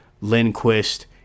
Lindquist